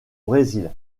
brésil